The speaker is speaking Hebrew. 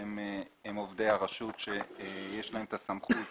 שהם עובדי הרשות שיש להם את הסמכות